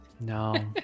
No